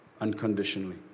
unconditionally